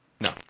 No